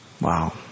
Wow